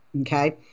okay